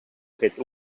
fet